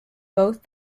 both